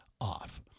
off